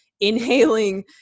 inhaling